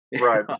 right